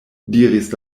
diris